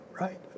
right